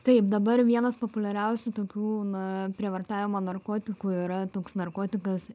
taip dabar vienas populiariausių tokių na prievartavimo narkotikų yra toks narkotikas